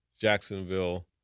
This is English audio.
Jacksonville